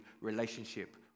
relationship